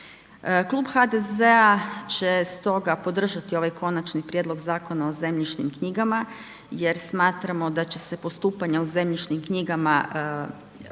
Klub HDZ-a će stoga podržati ovaj Konačni prijedlog Zakona o zemljišnim knjigama jer smatramo da će se postupanja u zemljišnim knjigama ubrzati,